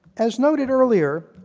as noted earlier,